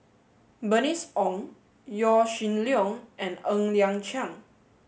Bernice Ong Yaw Shin Leong and N Liang Chiang